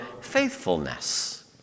faithfulness